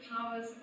powers